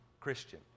Christian